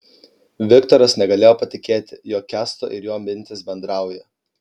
viktoras negalėjo patikėti jog kęsto ir jo mintys bendrauja